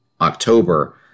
October